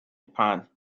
pan